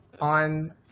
on